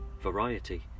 Variety